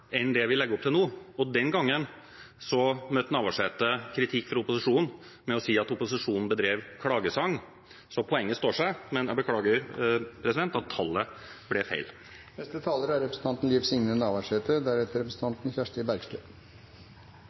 enn det vi legger opp til nå, og den gangen møtte Navarsete kritikken fra opposisjonen med å si at opposisjonen bedrev «klagesang». Så poenget står seg, men jeg beklager at tallet ble feil. Hovudmisjonen med dette innlegget er allereie teke – for eg sat på kontoret mitt og hoppa litt i stolen då eg høyrde representanten